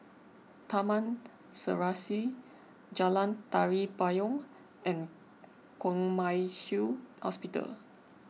Taman Serasi Jalan Tari Payong and Kwong Wai Shiu Hospital